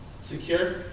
secure